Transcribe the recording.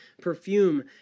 Perfume